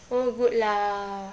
oh good lah